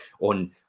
on